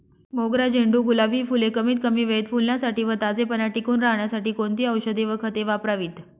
मोगरा, झेंडू, गुलाब हि फूले कमीत कमी वेळेत फुलण्यासाठी व ताजेपणा टिकून राहण्यासाठी कोणती औषधे व खते वापरावीत?